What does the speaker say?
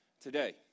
today